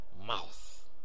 mouth